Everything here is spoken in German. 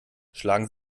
schlagen